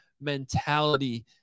mentality